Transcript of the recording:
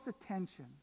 attention